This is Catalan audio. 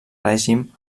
règim